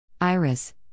Iris